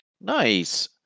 Nice